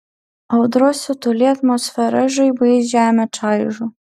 audros siutuly atmosfera žaibais žemę čaižo